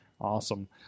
awesome